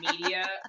media